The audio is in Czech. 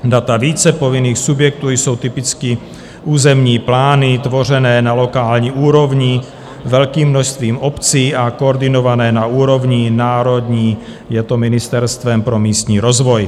Data více povinných subjektů jsou typicky územní plány tvořené na lokální úrovni velkým množstvím obcí a koordinované na úrovni národní je to Ministerstvem pro místní rozvoj.